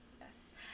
Yes